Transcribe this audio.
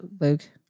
Luke